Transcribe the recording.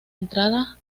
entrada